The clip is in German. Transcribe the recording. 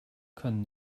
können